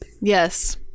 Yes